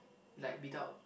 like without